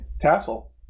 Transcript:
Tassel